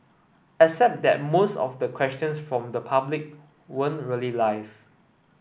except that most of the questions from the public weren't really live